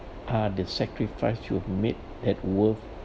are the sacrifice you've made that worth